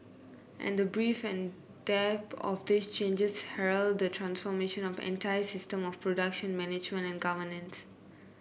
and the breadth and depth of these changes herald the transformation of entire systems of production management and governance